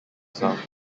south